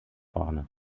vorne